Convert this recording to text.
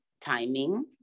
timing